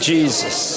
Jesus